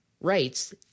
rights